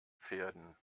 pferden